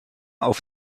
auf